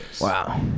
Wow